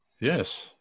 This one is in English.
Yes